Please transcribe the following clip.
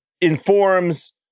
informs